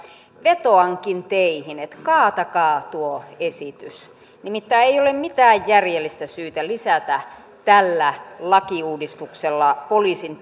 vetoankin teihin että kaatakaa tuo esitys nimittäin ei ole mitään järjellistä syytä lisätä tällä lakiuudistuksella poliisin